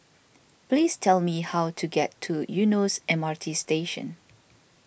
please tell me how to get to Eunos M R T Station